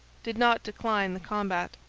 did not decline the combat.